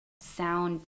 sound